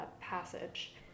passage